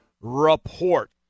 report